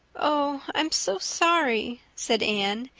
oh, i'm so sorry, said anne,